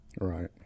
Right